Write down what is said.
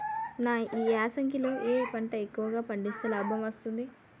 ఈ యాసంగి లో ఏ పంటలు ఎక్కువగా పండిస్తే లాభం వస్తుంది?